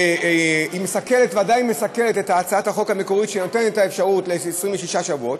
זה מסכל את הצעת החוק המקורית שנותנת אפשרות ל-26 שבועות,